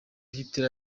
hitler